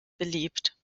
beliebt